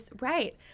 Right